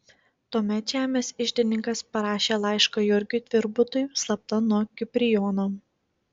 tuomet žemės iždininkas parašė laišką jurgiui tvirbutui slapta nuo kiprijono